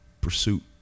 pursuit